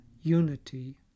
unity